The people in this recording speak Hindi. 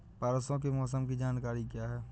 परसों के मौसम की जानकारी क्या है?